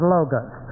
Logos